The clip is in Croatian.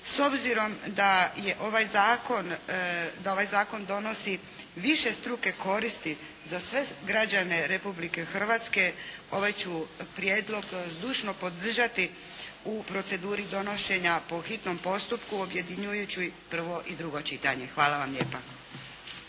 S obzirom da ovaj zakon donosi višestruke koristi za sve građane Republike Hrvatske ovaj ću prijedlog zdušno podržati u proceduri donošenja po hitnom postupku objedinjujući prvo i drugo čitanje. Hvala vam lijepa.